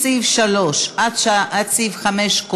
מסעיף 3 עד סעיף 5,